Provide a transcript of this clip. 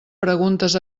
preguntes